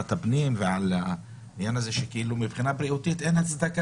הפנים על העניין הזה שמבחינה בריאותית אין הצדקה